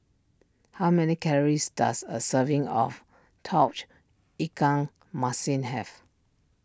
how many calories does a serving of Tauge Ikan Masin have